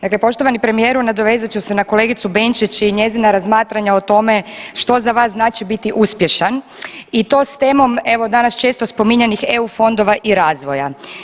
Dakle, poštovani premijeru nadovezat ću se na kolegicu Benčić i njezina razmatranja o tome što za vas znači biti uspješan i to s temom evo danas često spominjanih EU fondova i razvoja.